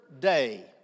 day